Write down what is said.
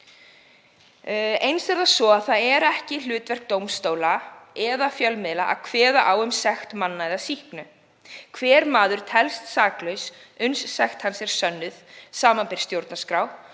Eins er það ekki hlutverk dómstóla eða fjölmiðla að kveða á um sekt manna eða sýknu. Hver maður telst saklaus uns sekt hans er sönnuð, samanber stjórnarskrá.